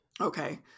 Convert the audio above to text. Okay